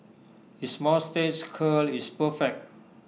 his moustache curl is perfect